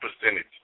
percentage